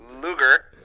Luger